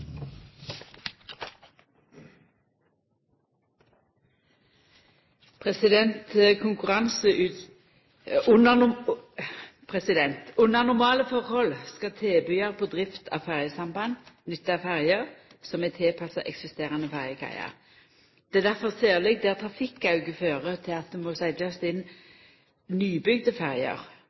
Under normale forhold skal tilbydar på drift av ferjesamband nytta ferjer som er tilpassa eksisterande ferjekaiar. Det er difor særleg der trafikkauke fører til at det må setjast inn nybygde ferjer